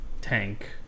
tank